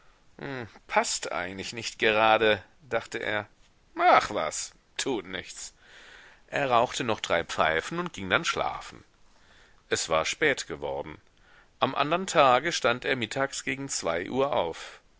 paßt eigentlich nicht gerade dachte er ach was tut nichts er rauchte noch drei pfeifen und ging dann schlafen es war spät geworden am andern tage stand er mittags gegen zwei uhr auf